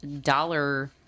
dollar